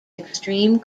extreme